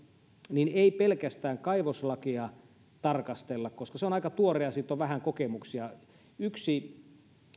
niin ei pelkästään kaivoslakia tarkastella koska se on aika tuore ja siitä on vähän kokemuksia yksi